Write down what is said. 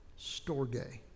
Storge